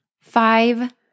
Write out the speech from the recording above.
five